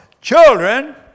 Children